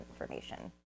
information